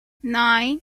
nine